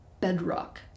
bedrock